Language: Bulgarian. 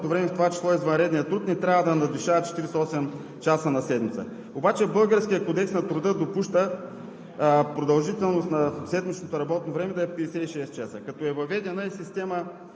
време, в това число извънредният труд, не трябва да надвишава 48 часа на седмица. Обаче българският Кодекс на труда допуска продължителност на седмичното работно време да е 56 часа, като е въведена и система